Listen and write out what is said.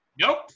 Nope